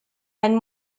and